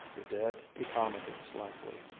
you did, he commented slackly.